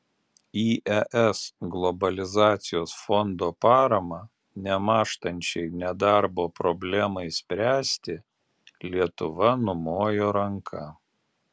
į es globalizacijos fondo paramą nemąžtančiai nedarbo problemai spręsti lietuva numojo ranka